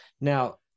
Now